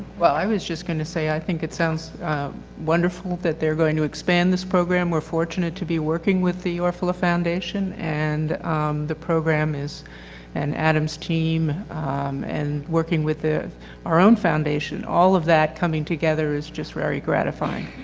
well i was just gonna say i think it sounds wonderful that they are going to expand this program. we are fortunate to be working with the orafaela foundation and the program is an adam's team and working with our own foundation all of that coming together is just very gratifying.